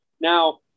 Now